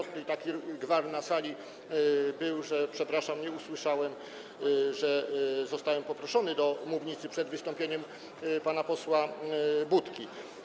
Tutaj był taki gwar na sali, że - przepraszam - nie usłyszałem, że zostałem poproszony na mównicę przed wystąpieniem pana posła Budki.